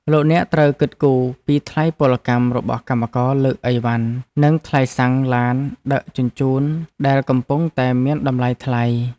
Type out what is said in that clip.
លោកអ្នកត្រូវគិតគូរពីថ្លៃពលកម្មរបស់កម្មករលើកអីវ៉ាន់និងថ្លៃសាំងឡានដឹកជញ្ជូនដែលកំពុងតែមានតម្លៃថ្លៃ។